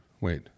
Wait